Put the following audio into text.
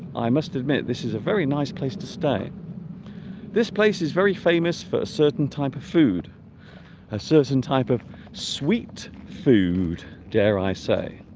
i must admit this is a very nice place to stay this place is very famous for a certain type of food a certain type of sweet food dare i say